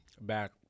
back